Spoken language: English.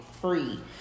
free